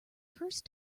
first